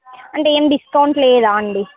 అంటే ఏం డిస్కౌంట్ లేదా అండీ